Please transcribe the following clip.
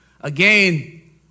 Again